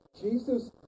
Jesus